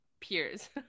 peers